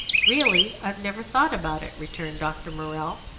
really, i've never thought about it, returned dr. morrell.